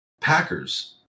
Packers